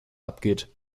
abgeht